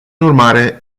urmare